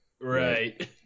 Right